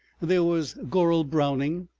there was gorrell-browning,